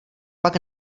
pak